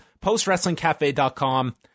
postwrestlingcafe.com